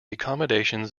accommodations